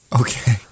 Okay